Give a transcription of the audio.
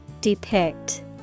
Depict